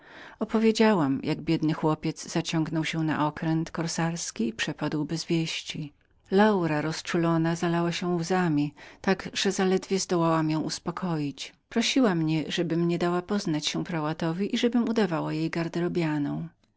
opowiedziałam jak biedny chłopiec zaciągnął się na maltański okręt i przepadł gdzieś bez wieści laura rozczulona zalała się łzami tak że zaledwie zdołałam ją uspokoić prosiła mnie abym nie dała poznać się ricardemu jak równie abym nie wspominała o